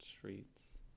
treats